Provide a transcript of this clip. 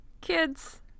Kids